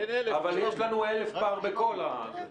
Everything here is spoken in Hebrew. אבל יש לנו 1,000 פער בכל הזה.